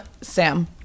Sam